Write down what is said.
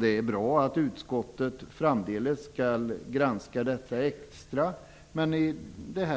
Det är bra att utskottet framdeles skall granska detta extra, men i